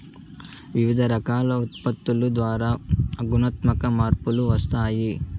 వివిధ రకాల ఉత్పత్తుల ద్వారా గుణాత్మక మార్పులు వస్తాయి